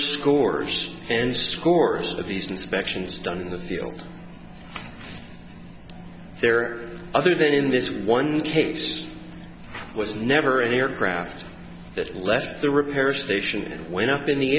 scores and scores of these inspections done in the field there other than in this one case was never an aircraft that left the repair station when up in the